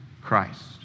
Christ